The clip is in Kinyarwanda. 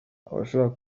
abashaka